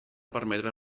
permetre